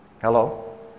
Hello